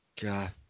God